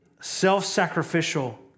self-sacrificial